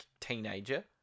teenager